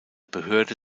behörde